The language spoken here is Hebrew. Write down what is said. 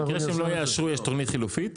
במקרה שהם לא יאשרו יש תוכנית חילופית?